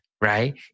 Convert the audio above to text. right